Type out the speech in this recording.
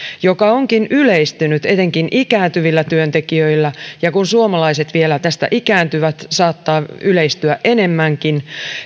joka onkin yleistynyt etenkin ikääntyvillä työntekijöillä ja kun suomalaiset vielä tästä ikääntyvät saattaa yleistyä enemmänkin